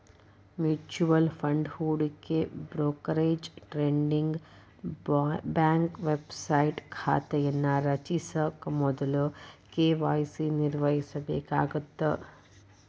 mutual fund ಹೂಡಿಕೆ brokerage trading bank website ಖಾತೆಯನ್ನ ರಚಿಸ ಮೊದ್ಲ ಕೆ.ವಾಯ್.ಸಿ ನಿರ್ವಹಿಸಬೇಕಾಗತ್ತ